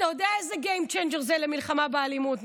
אתה יודע איזה game changer זה במלחמה באלימות,